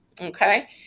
Okay